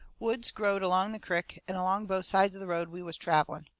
woods growed along the crick, and along both sides of the road we was travelling.